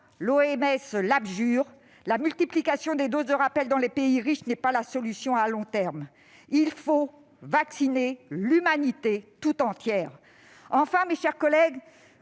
nous y adjure. La multiplication des doses de rappel dans les pays riches n'est pas la solution à long terme. Il faut vacciner l'humanité tout entière ! Tout à fait ! Enfin, mes chers collègues,